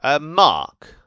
Mark